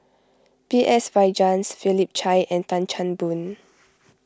B S Rajhans Philip Chia and Tan Chan Boon